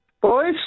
Boys